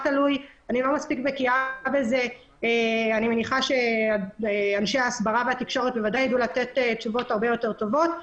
אני מניחה שאנשי ההסברה והתקשורת ייתנו תשובות טובות יותר,